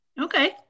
Okay